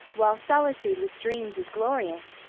while solitude with dreams is glorious,